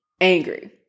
angry